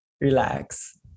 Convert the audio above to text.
relax